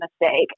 mistake